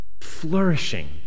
flourishing